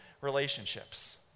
relationships